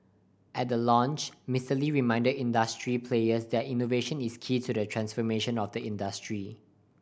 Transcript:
at the launch Mister Lee reminded industry players that innovation is key to the transformation of the industry